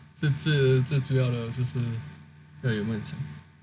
这这这主要呢就是要有梦想